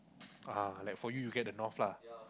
(uh huh) like for you you get the North lah